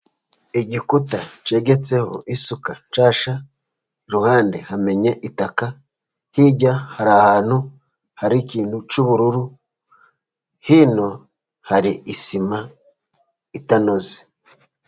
Igikuta cyegetseho isuka nshyashya, iruhande hamennye itaka, hirya ni ahantu hari ikintu cy'ubururu, hino hari isima itanoze.